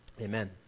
Amen